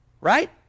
right